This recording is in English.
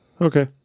okay